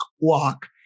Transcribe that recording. walk